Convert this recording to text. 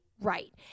Right